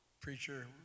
preacher